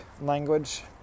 language